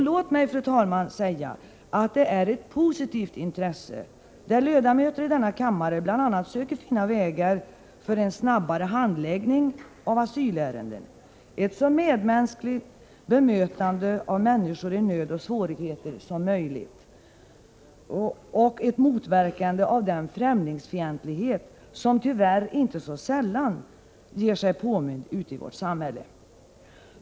Låt mig, fru talman, säga att det är ett positivt intresse, där ledamöter av denna kammare bl.a. söker finna vägar för en snabbare handläggning av asylärenden, ett så medmänskligt bemötande av människor i nöd och svårigheter som möjligt och ett motverkande av den främlingsfientlighet som tyvärr inte så sällan gör sig påmind ute i vårt samhälle.